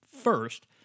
First